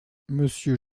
monsieur